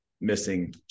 missing